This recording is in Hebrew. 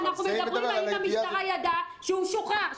אנחנו מדברים על אם המשטרה ידעה שהוא שוחרר,